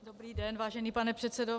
Dobrý den, vážený pane předsedo.